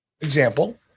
Example